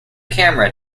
camera